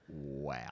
wow